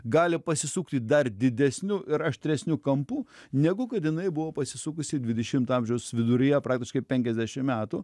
gali pasisukti dar didesniu ir aštresniu kampu negu kad jinai buvo pasisukusi dvidešimto amžiaus viduryje praktiškai penkiasdešim metų